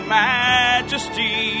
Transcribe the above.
majesty